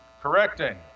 correcting